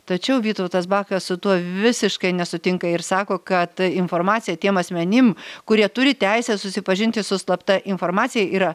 tačiau vytautas bakas su tuo visiškai nesutinka ir sako kad informacija tiem asmenim kurie turi teisę susipažinti su slapta informacija yra